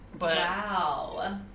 Wow